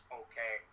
okay